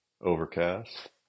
overcast